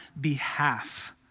behalf